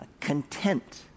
content